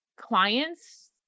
clients